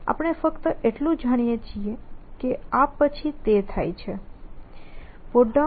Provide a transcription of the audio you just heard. આપણે ફક્ત એટલું જાણીએ છીએ કે આ પછી તે થાય છે